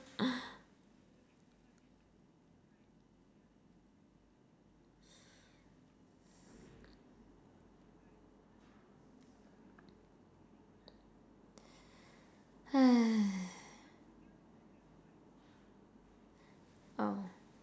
oh